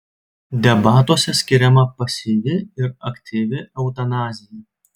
debatuose skiriama pasyvi ir aktyvi eutanazija